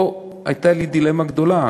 פה הייתה לי דילמה גדולה,